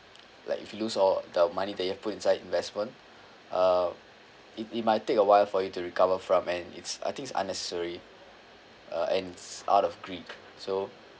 like if you lose all the money that you have put inside investment uh it it might take awhile for you to recover from and it's I think it's unnecessary uh and it's out of greed so